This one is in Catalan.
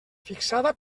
fixada